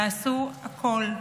תעשו הכול,